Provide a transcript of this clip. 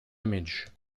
image